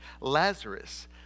Lazarus